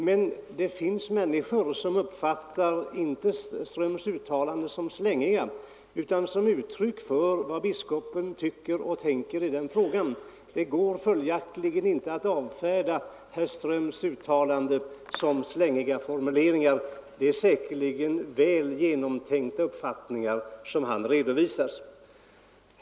Men det finns människor som uppfattar herr Ströms uttalanden inte som slängiga utan som uttryck för vad biskopen tycker och tänker i frågan. Det går följaktligen inte att avfärda herr Ströms uttalanden som slängiga formuleringar. Det är säkerligen väl genomtänkta uppfattningar som han redovisar.